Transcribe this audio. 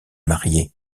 marié